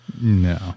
No